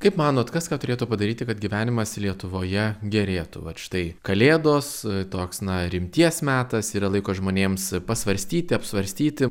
kaip manot kas ką turėtų padaryti kad gyvenimas lietuvoje gerėtų vat štai kalėdos toks na rimties metas yra laiko žmonėms pasvarstyti apsvarstyti